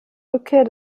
rückkehr